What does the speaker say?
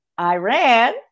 Iran